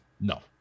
No